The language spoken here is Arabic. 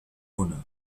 هنا